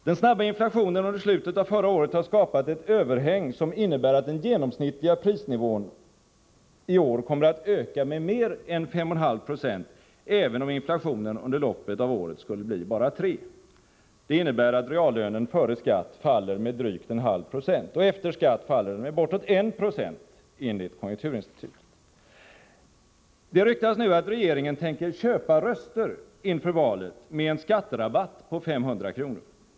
Den snabba inflationen under slutet av förra året har skapat ett överhäng som innebär att den genomsnittliga prisnivån i år kommer att öka med mer än 5,5 90, även om inflationen under loppet av året skulle bli bara 3 26. Det medför, enligt konjunkturinstitutet, att reallönen före skatt faller med drygt 0,5 90 och efter skatt med bortåt 1 26. Det ryktas nu att regeringen tänker köpa röster inför valet med en skatterabatt på 500 kr.